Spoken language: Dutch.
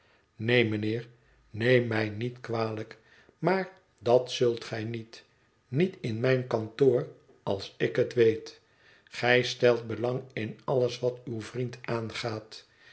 neen mijnheer neem mij niet kwalijk maar dat zult gij niet niet in mijn kantoor als ik het weet gij stelt belang in alles wat uw vriend aangaat